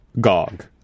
gog